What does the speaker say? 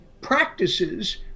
practices